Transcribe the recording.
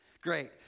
Great